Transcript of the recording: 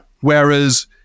Whereas